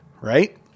right